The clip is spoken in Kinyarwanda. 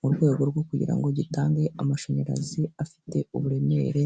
mu rwego rwo kugira ngo gitange amashanyarazi afite uburemere